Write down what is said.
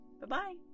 Bye-bye